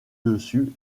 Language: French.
dessus